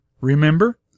Remember